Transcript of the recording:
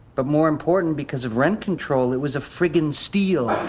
but more important, because of rent control, it was a friggin steal